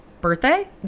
birthday